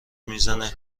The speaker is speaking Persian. میزنه